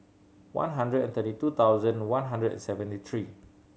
one hundred and thirty two thousand one hundred and seventy three